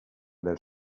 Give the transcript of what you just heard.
del